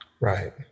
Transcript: right